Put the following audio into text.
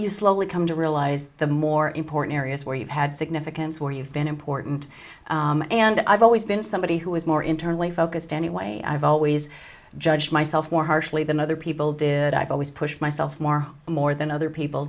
you slowly come to realize the more important areas where you've had significance where you've been important and i've always been somebody who is more internally focused anyway i've always judge myself more harshly than other people did i always push myself more more than other people